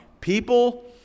People